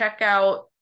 checkout